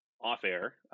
off-air